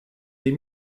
des